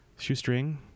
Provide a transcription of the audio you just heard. shoestring